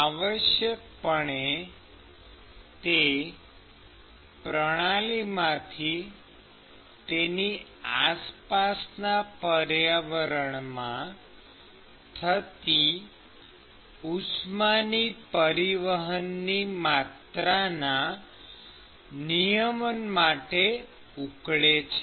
આવશ્યકપણે તે પ્રણાલીમાંથી તેની આસપાસના પર્યાવરણમાં થતી ઉષ્માની પરિવહનની માત્રાના નિયમન માટે ઉકળે છે